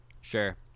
Sure